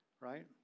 Right